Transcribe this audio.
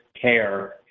care